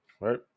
right